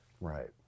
Right